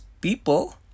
people